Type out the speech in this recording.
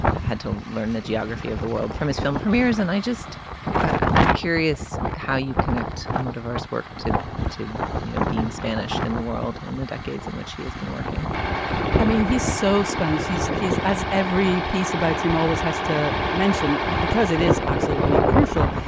and had to learn the geography of the world from his film premieres and i just i'm curious how you connect a more diverse work to to you know being spanish in the world in the decades in which he has been working i mean he's so spanish he's he's as every piece about him always has to mention because it is absolutely crucial.